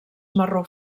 marró